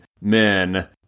men